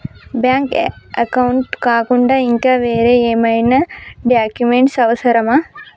Bank account కాకుండా ఇంకా వేరే ఏమైనా డాక్యుమెంట్స్ అవసరమా?